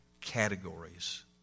categories